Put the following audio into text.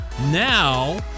Now